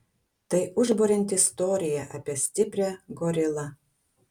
tai užburianti istorija apie stiprią gorilą